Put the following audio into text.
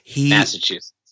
Massachusetts